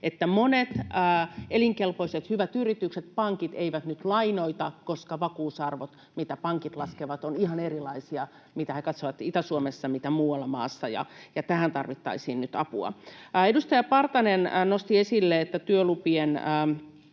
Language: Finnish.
että monia elinkelpoisia, hyviä yrityksiä pankit eivät nyt lainoita, koska vakuusarvot, mitä pankit laskevat, ovat ihan erilaisia Itä-Suomessa kuin muualla maassa, ja tähän tarvittaisiin nyt apua. Edustaja Partanen nosti esille, että työlupien